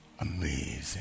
Amazing